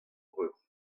breur